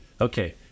Okay